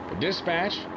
Dispatch